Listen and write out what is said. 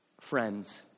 Friends